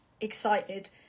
excited